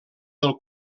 del